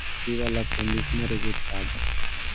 माटी वाला कंडीशनर एगो उत्पाद ह